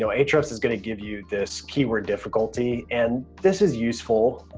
know, hrefs is gonna give you this keyword difficulty and this is useful.